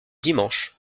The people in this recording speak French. dimanche